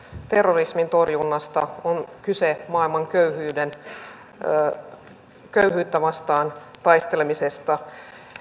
terrorismin torjunnasta on kyse maailman köyhyyttä vastaan taistelemisesta